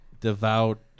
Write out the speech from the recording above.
devout